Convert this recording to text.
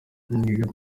imiyaga